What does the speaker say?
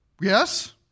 yes